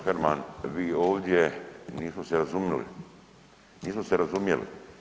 Herman, vi ovdje, nismo se razumili, nismo se razumjeli.